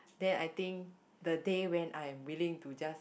then I think the day when I'm willing to just